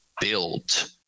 build